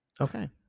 okay